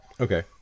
Okay